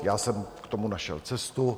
Já jsem k tomu našel cestu.